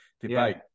debate